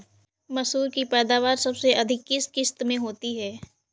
मसूर की पैदावार सबसे अधिक किस किश्त में होती है?